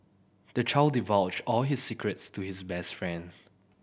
the child divulged all his secrets to his best friend